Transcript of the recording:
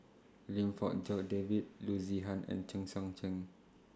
Lim Fong Jock David Loo Zihan and Chen Sucheng